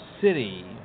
city